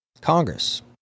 Congress